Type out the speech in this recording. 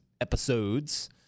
Episodes